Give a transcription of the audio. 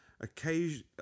occasion